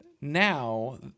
now